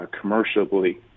commercially